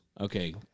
Okay